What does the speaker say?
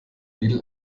lidl